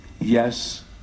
Yes